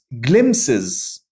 glimpses